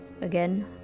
Again